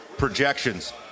projections